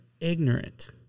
ignorant